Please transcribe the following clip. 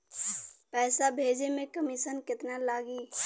पैसा भेजे में कमिशन केतना लागि?